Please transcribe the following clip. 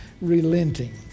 relenting